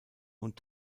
und